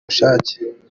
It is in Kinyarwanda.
bushake